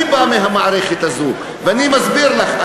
אני בא מהמערכת הזו ואני מסביר לך.